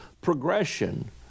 progression